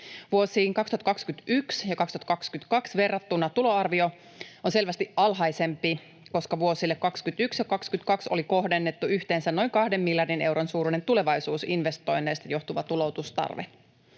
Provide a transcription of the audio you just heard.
Vuosiin 2021 ja 2022 verrattuna tuloarvio on selvästi alhaisempi, koska vuosille 21 ja 22 oli kohdennettu yhteensä noin kahden miljardin euron suuruinen tulevaisuusinvestoinneista johtuva tuloutustarve.